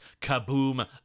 Kaboom